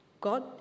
God